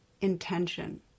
intention